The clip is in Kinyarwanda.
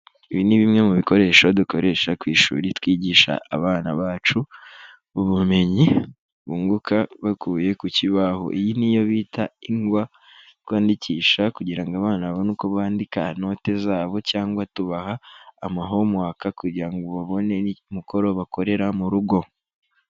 Ibi ni bimwe mu bikoresho dukoresha ku ishuri twigisha abana bacu ubumenyi bunguka baguye ku kibaho; iyi niyo bita ingwa twandikisha kugirango abana babone uko bandika noti zabo cyangwa tubaha amahomewake kugira ngo babone umukoro bakorera mu rugo.